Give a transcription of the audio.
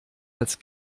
als